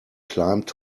climbed